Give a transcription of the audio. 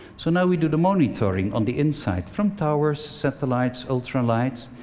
so now we do the monitoring on the inside from towers, satellites, ultralights.